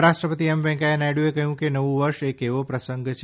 ઉપરાષ્ટ્રપતિ એમ વૈંકેયા નાયડુએ કહ્યું કે નવું વર્ષ એક એવો પ્રસંગ છે